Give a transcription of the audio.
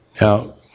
Now